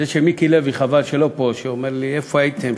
מיקי לוי, חבל שהוא לא פה, אומר לי: איפה הייתם?